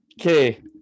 Okay